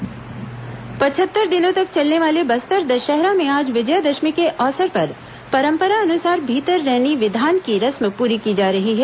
बस्तर दशहरा पचहत्तर दिनों तक चलने वाले बस्तर दशहरा में आज विजयादशमी के अवसर पर परंपरानुसार भीतर रैनी विधान की रस्म पूरी की जा रही है